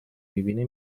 میبینه